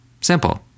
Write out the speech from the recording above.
Simple